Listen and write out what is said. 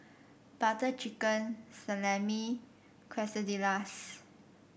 Butter Chicken Salami Quesadillas